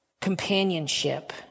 companionship